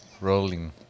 Rolling